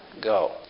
go